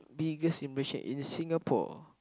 biggest impression in Singapore